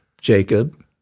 Jacob